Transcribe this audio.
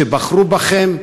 שבחרו בכם,